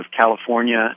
California